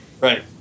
Right